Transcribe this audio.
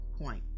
point